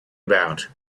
about